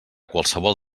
qualsevol